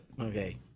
okay